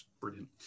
brilliant